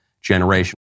generation